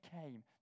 came